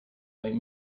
might